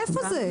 איפה זה?